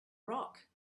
rock